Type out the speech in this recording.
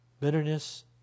Bitterness